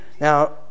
Now